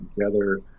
together